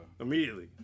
Immediately